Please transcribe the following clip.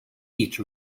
each